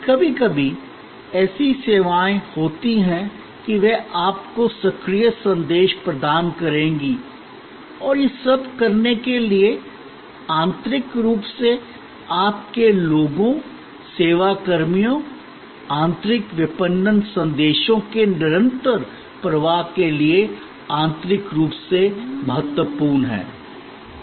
कभी कभी ऐसी सेवाएँ होती हैं कि वे आपको सक्रिय संदेश प्रदान करेंगी और यह सब करने के लिए आंतरिक रूप से आपके लोगों सेवा कर्मियों आंतरिक विपणन संदेशों के निरंतर प्रवाह के लिए आंतरिक रूप से महत्वपूर्ण है